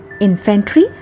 infantry